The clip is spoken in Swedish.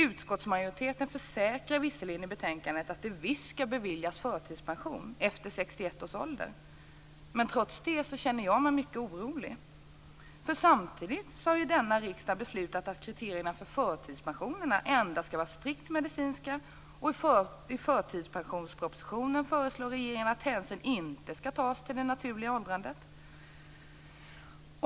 Utskottsmajoriteten försäkrar visserligen i betänkandet att det visst skall beviljas förtidspension efter 61 års ålder. Jag känner mig trots det mycket orolig, eftersom denna riksdag samtidigt har beslutat att kriterierna för förtidspension endast skall vara strikt medicinska och regeringen i förtidspensionspropositionen föreslår att hänsyn inte skall tas till det naturliga åldrandet.